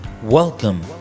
Welcome